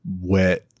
wet